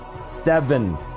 seven